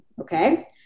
Okay